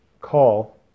call